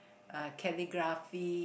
uh calligraphy